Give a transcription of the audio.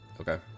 Okay